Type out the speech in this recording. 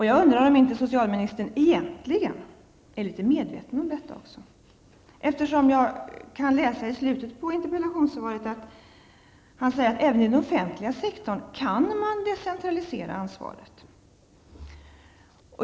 Jag undrar om socialministern egentligen inte är litet medveten om detta. I slutet av interpellationssvaret säger han nämligen att man även inom den offentliga sektorn kan decentralisera ansvaret.